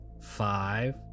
five